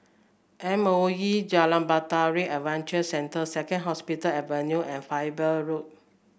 M O E Jalan Bahtera Adventure Centre Second Hospital Avenue and Faber Road